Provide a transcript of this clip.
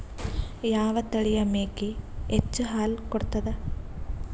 ಯಾವ ತಳಿಯ ಮೇಕಿ ಹೆಚ್ಚ ಹಾಲು ಕೊಡತದ?